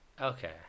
Okay